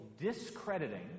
discrediting